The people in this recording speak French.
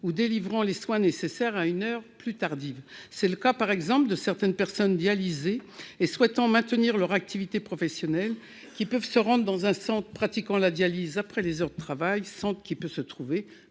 délivrant les soins nécessaires à une heure plus tardive. C'est le cas par exemple de certaines personnes dialysées et souhaitant maintenir leur activité professionnelle : il peut arriver qu'elles se rendent dans un centre pratiquant la dialyse après les heures de travail, centre qui peut se trouver